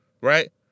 Right